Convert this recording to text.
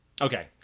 okay